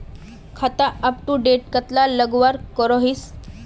खाता अपटूडेट कतला लगवार करोहीस?